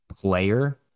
player